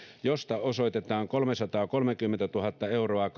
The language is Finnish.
josta osoitetaan kolmesataakolmekymmentätuhatta euroa